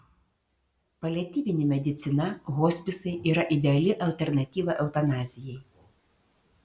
paliatyvinė medicina hospisai yra ideali alternatyva eutanazijai